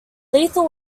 lethal